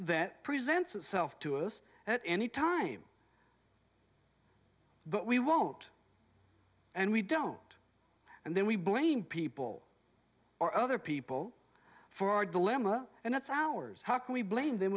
that presents itself to us at any time but we won't and we don't and then we blame people or other people for our dilemma and it's ours how can we blame them